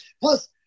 plus